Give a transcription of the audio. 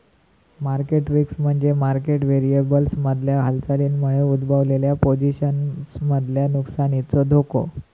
market risk म्हणजे market व्हेरिएबल्समधल्या हालचालींमुळे उद्भवलेल्या पोझिशन्समधल्या नुकसानीचो धोको